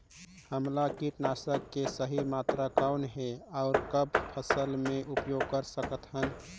हमला कीटनाशक के सही मात्रा कौन हे अउ कब फसल मे उपयोग कर सकत हन?